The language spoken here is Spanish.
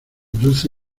dulce